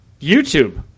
YouTube